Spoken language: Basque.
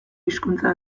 hizkuntza